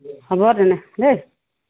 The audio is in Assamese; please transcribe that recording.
হ'ব তেনে দেই